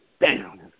down